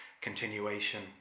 continuation